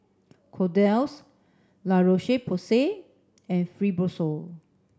Kordel's La Roche Porsay and Fibrosol